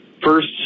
First